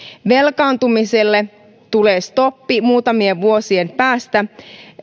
velkaantumiselle tulee stoppi muutamien vuosien päästä